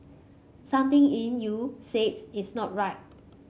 something in you says it's not right